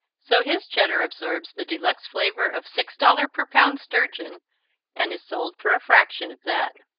so his cheddar absorbs the de luxe flavor of six-dollar-per-pound sturgeon and is sold for a fraction of that.